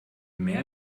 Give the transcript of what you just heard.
mehr